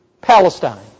Palestine